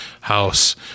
house